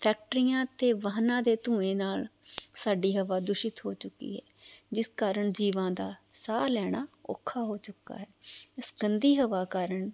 ਫੈਕਟਰੀਆਂ ਅਤੇ ਵਾਹਨਾਂ ਦੇ ਧੂੰਏ ਨਾਲ ਸਾਡੀ ਹਵਾ ਦੂਸ਼ਿਤ ਹੋ ਚੁੱਕੀ ਹੈ ਜਿਸ ਕਾਰਨ ਜੀਵਾਂ ਦਾ ਸਾਹ ਲੈਣਾ ਔਖਾ ਹੋ ਚੁੱਕਾ ਹੈ ਇਸ ਗੰਦੀ ਹਵਾ ਕਾਰਨ